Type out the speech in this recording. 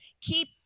Keep